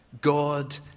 God